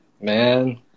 man